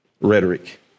rhetoric